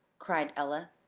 cried ella.